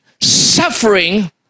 suffering